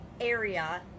area